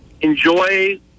Enjoy